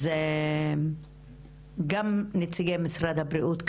גם לנציגי משרד הבריאות,